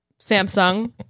samsung